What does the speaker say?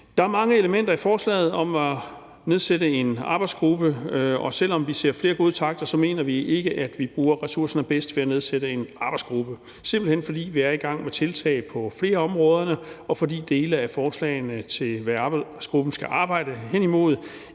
Der er mange elementer i forslaget om at nedsætte en arbejdsgruppe, og selv om vi ser flere gode takter, mener vi ikke, at vi bruger ressourcerne bedst ved at nedsætte en arbejdsgruppe, simpelt hen fordi vi er i gang med tiltag på flere af områderne, og fordi dele af forslagene til, hvad arbejdsgruppen skal arbejde hen imod,